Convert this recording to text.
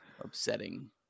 upsetting